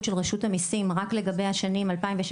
של רשות המיסים רק לגבי השנים 2016,